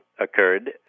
occurred